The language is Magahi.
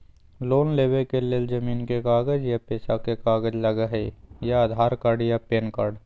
लोन लेवेके लेल जमीन के कागज या पेशा के कागज लगहई या आधार कार्ड या पेन कार्ड?